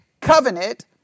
covenant